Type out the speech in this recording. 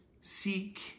Seek